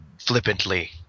flippantly